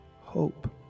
hope